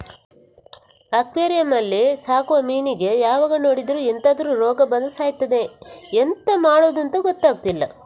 aquarium ಅಲ್ಲಿ ಸಾಕುವ ಮೀನಿಗೆ ಯಾವಾಗ ನೋಡಿದ್ರೂ ಎಂತಾದ್ರೂ ರೋಗ ಬಂದು ಸಾಯ್ತದೆ ಎಂತ ಮಾಡುದಂತ ಗೊತ್ತಾಗ್ತಿಲ್ಲ